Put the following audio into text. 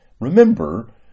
Remember